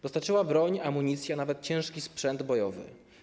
Dostarczyła broń, amunicję, a nawet ciężki sprzęt bojowy.